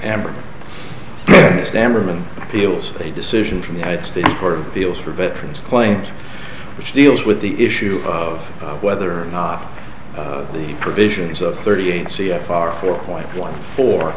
appeals a decision from united states for deals for veterans claims which deals with the issue of whether or not the provisions of thirty eight c f r four point one fo